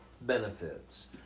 benefits